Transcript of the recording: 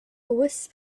wisp